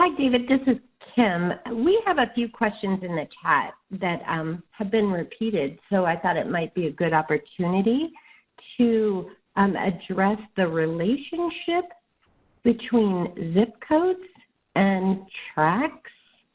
like david, this is kim. we have a few questions in the chat that um have been repeated so thought it might be a good opportunity to um address the relationship between zip codes and tracts,